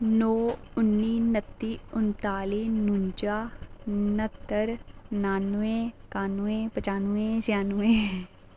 अ'ऊं तानिया डोगरा रियासी डिस्ट्रिक्ट दी रौहने आह्ली आं ते इक बारी के होआ कि मिगी बचपन कोला गै बड़ा शौक हा मूर्तियां बगैरा बनाने दा ते